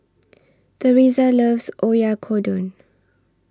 Terese loves Oyakodon